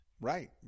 Right